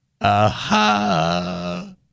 Aha